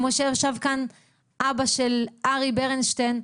כמו שישב כאן אבא של ארי ברנשטיין,